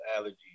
allergies